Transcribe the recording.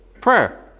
prayer